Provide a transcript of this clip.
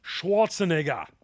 Schwarzenegger